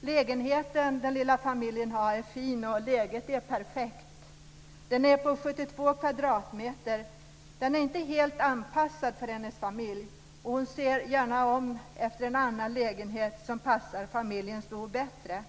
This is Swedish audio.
Lägenheten den lilla familjen har är fin och läget är perfekt. Den är på 72 kvadratmeter. Den är inte helt anpassad för hennes familj, och hon ser sig om efter en lägenhet som passar familjens behov bättre.